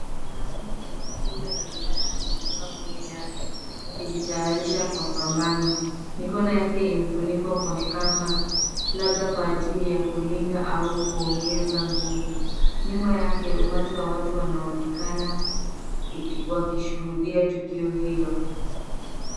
Mwanamume mwenye misuli anaonekana akijikufunga ngumi yake, akijitayarisha kwa pambano. Mikono yake imefunikwa kwa kamba, labda kwa ajili ya kulinda au kuongeza nguvu. Nyuma yake umati wa watu wanaonekana wakishuhudia tukio hilo.